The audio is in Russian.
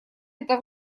это